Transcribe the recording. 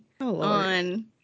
on